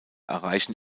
erreichen